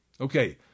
Okay